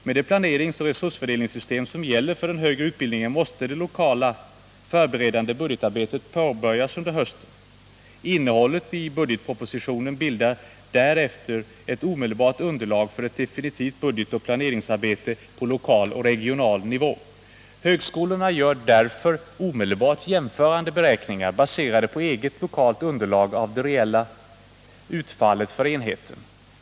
Med det planeringsoch resursfördelningssystem som gäller för den högre utbildningen måste det lokala förberedande budgetarbetet påbörjas under hösten. Innehållet i budgetpropositionen bildar därefter ett omedelbart underlag för ett definitivt budgetoch planeringsarbete på lokal och regional nivå. Högskolorna gör därför omedelbart jämförande beräkningar, baserade på eget lokalt underlag av det reella utfallet för enheten.